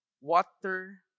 water